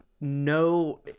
no